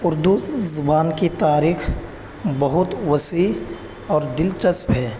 اردو زبان کی تاریخ بہت وسیع اور دلچسپ ہے